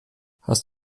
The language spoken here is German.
hast